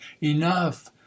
enough